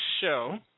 show